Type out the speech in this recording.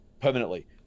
permanently